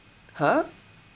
!huh!